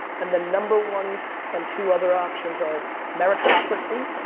and the number one and two other options are meritocracy,